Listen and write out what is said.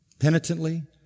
penitently